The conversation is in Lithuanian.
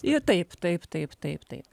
ir taip taip taip taip taip